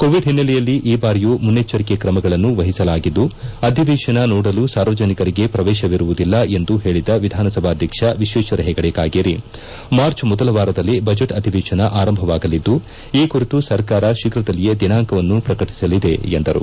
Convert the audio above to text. Covid ಓನ್ನೆಲೆಯಲ್ಲಿ ಈ ಬಾರಿಯೂ ಮನ್ನಷ್ಟಂಕೆ ಕ್ರಮಗಳನ್ನು ವಹಸಲಾಗಿದ್ದು ಅಧಿವೇಶನ ನೋಡಲು ಸಾರ್ವಜನಿಕಿಂಗೆ ಪ್ರವೇಶವಿರುವುದಿಲ್ಲ ಎಂದು ಹೇಳದ ವಿಧಾನಸಭಾದ್ವಕ್ಷ ಎಶ್ವೇಶ್ವರ ಹೆಗಡೆ ಕಾಗೇರಿ ಮಾರ್ಚ್ ಮೊದಲ ವಾರದಲ್ಲಿ ಬಜೆಟ್ ಅಧಿವೇಶನ ಆರಂಭವಾಗಲಿದ್ದು ಈ ಕುರಿತು ಸರ್ಕಾರ ಶೀಘದಲ್ಲಿಯೇ ದಿನಾಂಕವನ್ನು ಪ್ರಕಟಿಸಲಿದೆ ಎಂದರು